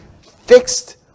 fixed